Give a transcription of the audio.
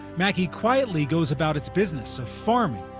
mackay quietly goes about its business of farming,